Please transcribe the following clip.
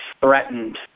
threatened